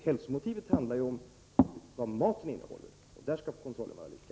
Hälsomotivet handlar emellertid om vad maten innehåller, och i det fallet skall kontrollen vara lika.